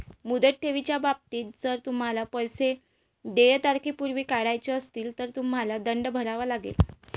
मुदत ठेवीच्या बाबतीत, जर तुम्हाला तुमचे पैसे देय तारखेपूर्वी काढायचे असतील, तर तुम्हाला दंड भरावा लागेल